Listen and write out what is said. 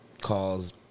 calls